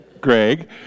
Greg